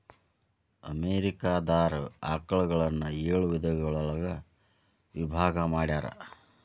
America ದಾರ ಆಕಳುಗಳನ್ನ ಏಳ ವಿಧದೊಳಗ ವಿಭಾಗಾ ಮಾಡ್ಯಾರ